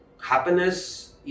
happiness